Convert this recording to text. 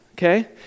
okay